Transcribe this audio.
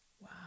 Wow